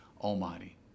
Almighty